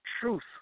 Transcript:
Truth